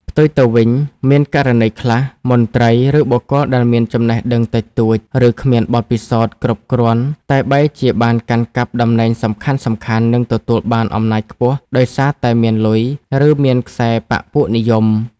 ផ្ទុយទៅវិញ មានករណីខ្លះ មន្ត្រី ឬបុគ្គលដែលមានចំណេះដឹងតិចតួច ឬគ្មានបទពិសោធន៍គ្រប់គ្រាន់តែបែរជាបានកាន់កាប់តំណែងសំខាន់ៗ និងទទួលបានអំណាចខ្ពស់ដោយសារតែមានលុយ ឬមានខ្សែបក្សពួកនិយម។